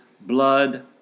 blood